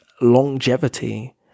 longevity